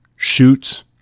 shoots